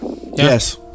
Yes